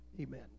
Amen